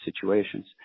situations